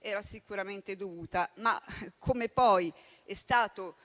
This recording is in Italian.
era sicuramente dovuta, ma poi è stato